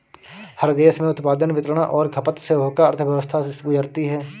हर देश में उत्पादन वितरण और खपत से होकर अर्थव्यवस्था गुजरती है